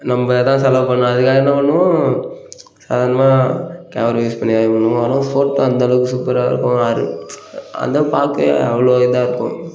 நம்ப தான் செலவு பண்ணணும் அதுக்காக என்ன பண்ணுவோம் சாதாரணமாக கேமரா யூஸ் பண்ணி அது பண்ணுவோம் ஆனால் ஃபோட்டோ அந்தளவுக்கு சூப்பராகஇருக்கும் ஆறு அதுதான் பார்க்க அவ்வளோ இதாக இருக்கும்